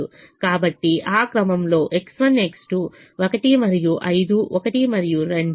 కాబట్టి ఆ క్రమంలో X1 X2 1 మరియు 5 1 మరియు 2